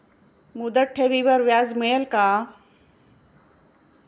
मुदत ठेवीवर व्याज मिळेल का?